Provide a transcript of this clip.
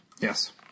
Yes